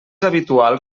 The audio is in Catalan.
habitual